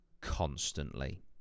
constantly